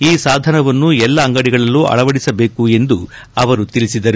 ಈ ಸಾಧನವನ್ನು ಎಲ್ಲಾ ಅಂಗಡಿಗಳಲ್ಲೂ ಅಳವಡಿಸಬೇಕು ಎಂದು ತಿಳಿಸಿದರು